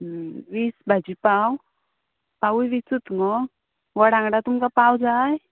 वीस भाजी पाव पावूय विसूत मुगो वडा वांगडा तुमकां पाव जाय